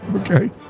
Okay